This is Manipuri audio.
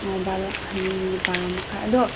ꯕꯥꯔꯣ ꯍꯌꯦꯡꯒꯤ ꯕꯥꯔꯣ ꯃꯈꯥꯏ ꯑꯗꯣ